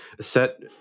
set